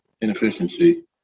inefficiency